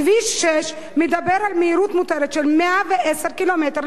כביש 6 מדבר על מהירות מותרת של 110 קמ"ש.